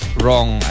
wrong